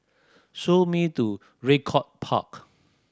show me to Raycott Park